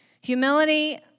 Humility